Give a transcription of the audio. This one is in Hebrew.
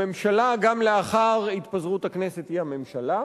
הממשלה, גם לאחר התפזרות הכנסת, היא הממשלה.